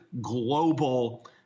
global